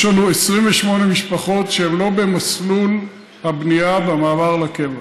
יש לנו 28 משפחות שהן לא במסלול הבנייה במעבר לקבע.